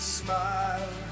smile